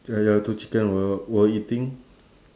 ah ya two chicken were were eating